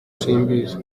simbizi